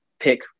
pick